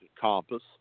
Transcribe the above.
compass